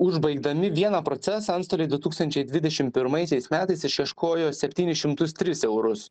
užbaigdami vieną procesą antstoliai du tūkstančiai dvidešim pirmaisiais metais išieškojo septynis šimtus tris eurus